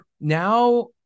now